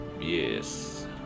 Yes